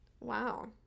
Wow